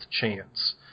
chance